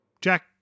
Jack